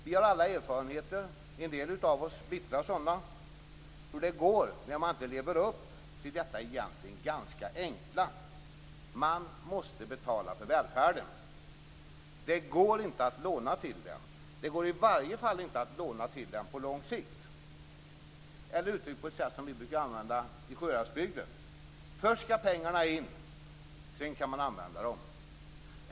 Vi har alla erfarenheter, en del av oss bittra sådana, av hur det går när man inte lever upp till detta egentligen ganska enkla. Man måste betala för välfärden. Det går inte att låna till den. Det går i varje fall inte att låna till den på lång sikt. Eller uttryckt på ett sätt som vi brukar använda i Sjuhäradsbygden: Först skall pengarna in, sedan kan man använda dem.